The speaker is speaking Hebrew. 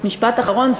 משפט אחרון.